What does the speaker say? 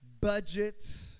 Budget